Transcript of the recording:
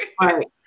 right